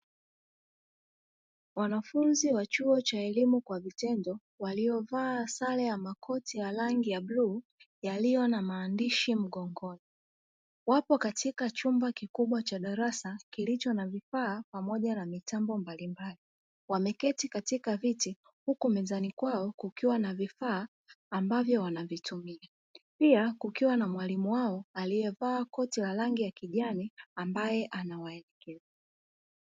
Wanafunzi wa chuo cha elimu kwa vitendo waliovaa sare ya makoti ya rangi ya bluu yaliyo na maandishi mgongoni, wapo katika chumba kikubwa cha darasa kilicho na vifaa pamoja na mitambo mbalimbali wameketi katika viti huku mezani kwao kukiwa na vifaa ambavyo wanavitumia, pia kukiwa na mwalimu wao aliyevaa koti la rangi ya kijani ambaye anawaelekeza.